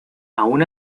aun